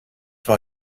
war